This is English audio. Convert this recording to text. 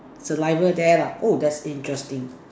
saliva there lah oh that's interesting